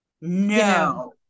No